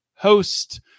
host